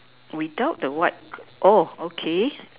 without the white oh okay